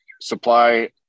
supply